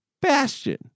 Bastion